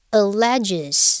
alleges